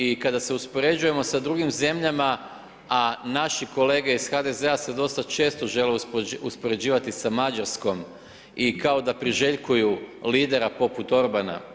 I kada se uspoređujemo sa drugim zemljama a naši kolege iz HDZ-a se dosta često žele uspoređivati sa Mađarskom i kao da priželjkuju lidera poput Orbana.